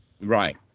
right